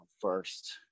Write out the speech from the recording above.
first